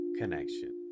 connection